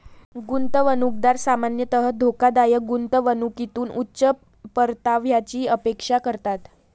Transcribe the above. गुंतवणूकदार सामान्यतः धोकादायक गुंतवणुकीतून उच्च परताव्याची अपेक्षा करतात